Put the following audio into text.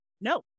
No